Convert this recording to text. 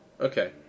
Okay